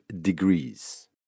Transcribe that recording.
Degrees